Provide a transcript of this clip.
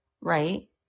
right